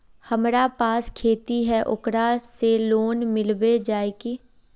हमरा पास खेती है ओकरा से लोन मिलबे जाए की?